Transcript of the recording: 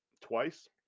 twice